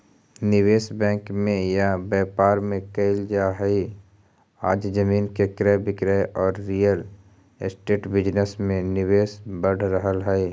निवेश बैंक में या व्यापार में कईल जा हई आज जमीन के क्रय विक्रय औउर रियल एस्टेट बिजनेस में निवेश बढ़ रहल हई